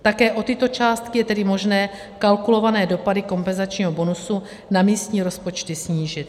Také o tyto částky je tedy možné kalkulované dopady kompenzačního bonusu na místní rozpočty snížit.